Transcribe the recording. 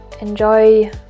enjoy